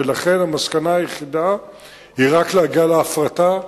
ולכן המסקנה היחידה היא להגיע להפרטה.